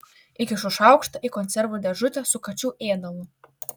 įkišu šaukštą į konservų dėžutę su kačių ėdalu